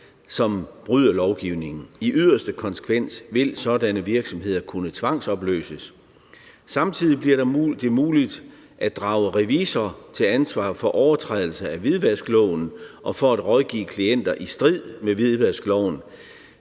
som bryder lovgivningen. I yderste konsekvens vil sådanne virksomheder kunne tvangsopløses. Samtidig bliver det muligt at drage revisorer til ansvar for overtrædelse af hvidvaskloven og for at rådgive klienter i strid med hvidvaskloven.